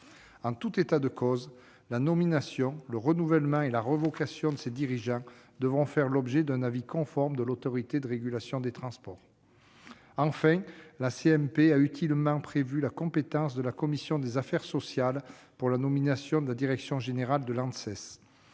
En tout état de cause, la nomination, le renouvellement et la révocation de ses dirigeants devront faire l'objet d'un avis conforme de l'Autorité de régulation des transports. Enfin, la commission mixte paritaire a utilement prévu la compétence de la commission des affaires sociales pour la nomination de la direction générale de l'Agence